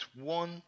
one